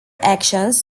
actions